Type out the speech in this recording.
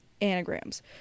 anagrams